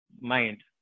mind